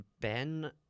Ben –